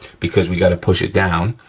because we gotta push it down,